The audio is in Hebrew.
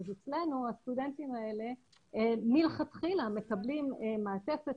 אז אצלנו הסטודנטים האלה מלכתחילה מקבלים מעטפת